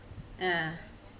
ya